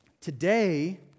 today